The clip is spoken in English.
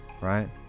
Right